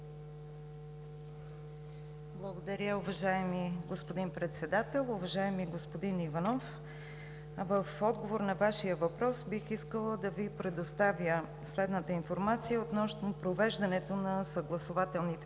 Благодаря, уважаеми господин Председател! Уважаеми господин Иванов, в отговор на Вашия въпрос бих искала да Ви предоставя следната информация относно провеждането на съгласувателните процедури,